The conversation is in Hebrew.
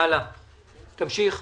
הלאה, תמשיך.